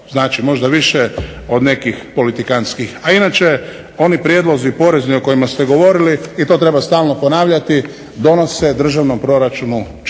znači, možda više od nekih politikantskih. A inače oni prijedlozi porezni o kojima ste govorili, i to treba stalno ponavljati, donose državnom proračunu 14 milijardi